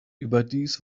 überdies